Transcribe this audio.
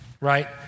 right